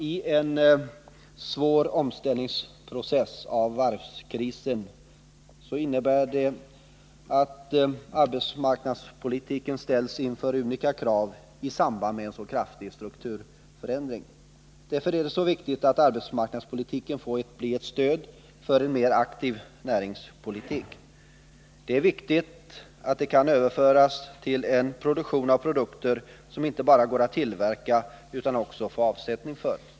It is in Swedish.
I en så svår omställningsprocess som varvskrisen kräver, ställs unika krav på arbetsmarknadspolitiken. Därför är det viktigt att arbetsmarknadspolitiken får bli ett stöd för en mer aktiv näringspolitik. Det är viktigt att stödet kan överföras till produkter som inte bara tillverkas utan som det också finns avsättning för.